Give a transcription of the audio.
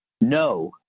no